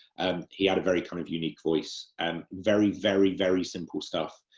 and he had a very kind of unique voice, and very, very very simple stuff,